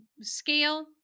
scale